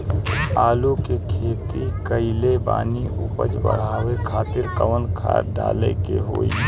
आलू के खेती कइले बानी उपज बढ़ावे खातिर कवन खाद डाले के होई?